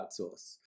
outsource